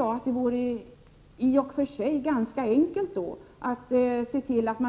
Då vore det i och för sig ganska enkelt att